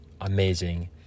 amazing